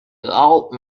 old